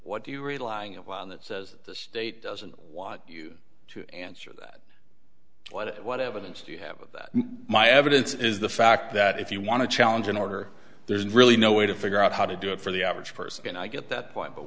what do you rely on that says the state doesn't want you to answer that what what evidence do you have that my evidence is the fact that if you want to challenge an order there's really no way to figure out how to do it for the average person and i get that point but